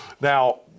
now